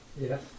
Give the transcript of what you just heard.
Yes